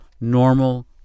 normal